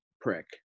prick